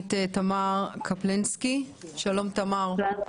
העיתונאית תמר קפלנסקי, בבקשה.